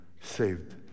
saved